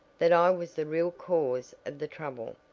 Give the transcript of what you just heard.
that i was the real cause of the trouble.